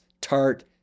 tart